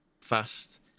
fast